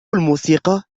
الموسيقى